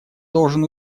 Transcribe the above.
должен